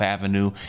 Avenue